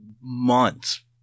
months